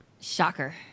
Shocker